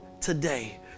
today